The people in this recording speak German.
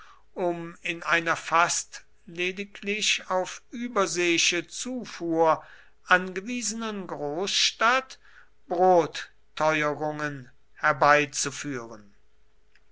um in einer fast lediglich auf überseeische zufuhr angewiesenen großstadt brotteuerungen herbeizuführen